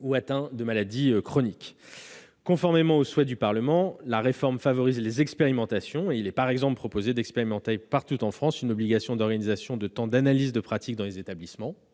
ou atteints de maladies chroniques. Conformément au souhait du Parlement, la réforme favorise les expérimentations. Il est par exemple proposé d'expérimenter partout en France une obligation d'organisation de temps d'analyse de pratiques dans les établissements-